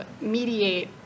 mediate